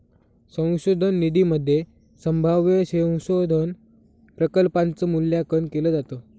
संशोधन निधीमध्ये संभाव्य संशोधन प्रकल्पांच मूल्यांकन केलं जातं